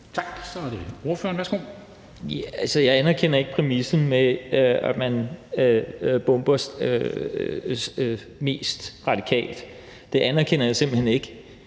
Kim Valentin (V): Altså, jeg anerkender ikke præmissen om, at man bomber mest radikalt, det anerkender jeg simpelt hen ikke,